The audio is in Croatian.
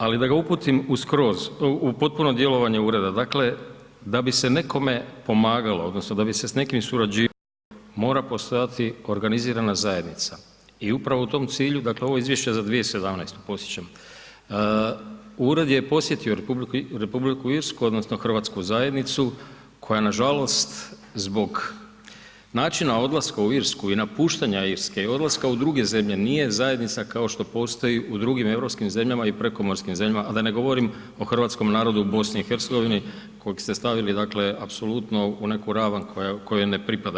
Ali da ga uputim u skroz, u potpuno djelovanje ureda, dakle da bi se nekome pomagalo odnosno da bi se s nekim surađivalo mora postojati organizirana zajednica i upravo u tom cilju, dakle ovo je izvješće za 2017. podsjećam, ured je posjetio Republiku Irsku odnosno hrvatsku zajednicu koja nažalost zbog načina odlaska u Irsku i napuštanja Irske u druge zemlje nije zajednica kao što postoji u drugim europskim zemljama i prekomorskim zemljama, a da ne govorim o hrvatskom narodu u BiH kojeg ste stavili dakle apsolutno u neku ravan kojoj ne pripada.